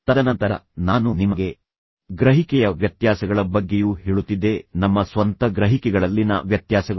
ತದನಂತರ ನಾನು ನಿಮಗೆ ಗ್ರಹಿಕೆಯ ವ್ಯತ್ಯಾಸಗಳ ಬಗ್ಗೆಯೂ ಹೇಳುತ್ತಿದ್ದೆ ನಮ್ಮ ಸ್ವಂತ ಗ್ರಹಿಕೆಗಳಲ್ಲಿನ ವ್ಯತ್ಯಾಸಗಳು